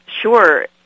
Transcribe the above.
Sure